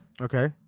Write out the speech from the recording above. Okay